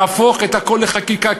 להפוך את הכול לחקיקה,